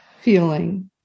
feeling